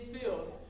fields